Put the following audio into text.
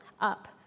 up